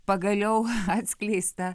pagaliau atskleistą